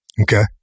Okay